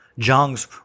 Zhang's